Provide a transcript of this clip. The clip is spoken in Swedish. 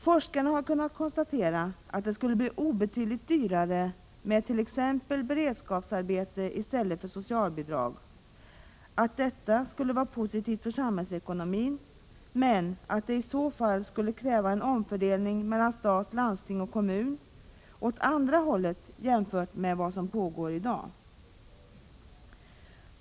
Forskarna har kunnat konstatera att det skulle bli obetydligt dyrare med t.ex. beredsskapsarbete än med socialbidrag, att detta skulle vara positivt för samhällsekonomin, men att det i så fall skulle kräva en omfördelning mellan stat, landsting och kommun på ett helt annat sätt än vad som sker i dag.